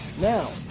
Now